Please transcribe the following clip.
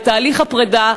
לתהליך הפרידה.